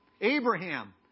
Abraham